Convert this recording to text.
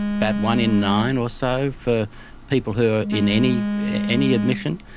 but one in nine or so for people who are in any any admission.